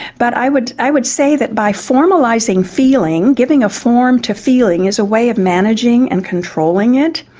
but i would i would say that by formalising feeling, giving a form to feeling is a way of managing and controlling it,